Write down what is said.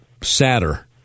sadder